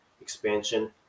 expansion